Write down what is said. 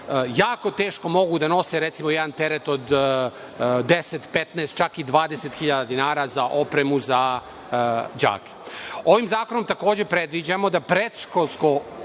jako teško mogu da nose, recimo jedan teret od 10, 15, čak i 20.000 dinara za opremu za đake. Ovim zakonom takođe predviđamo da predškolsko